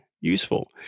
useful